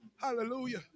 Hallelujah